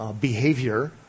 behavior